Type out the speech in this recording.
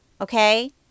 Okay